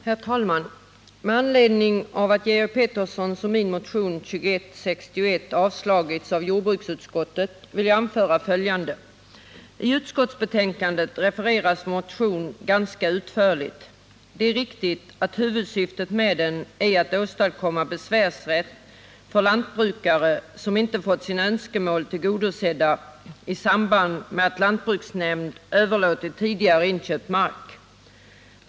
Herr talman! Med anledning av att Georg Petterssons och min motion 2161 avstyrkts av jordbruksutskottet vill jag anföra följande. I utskottsbetänkandet refereras vår motion ganska utförligt. Det är riktigt att huvudsyftet med den är att åstadkomma besvärsrätt för lantbrukare som inte fått sina önskemål tillgodosedda i samband med att lantbruksnämnd överlåtit tidigare inköpt mark.